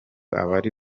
abari